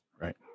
Right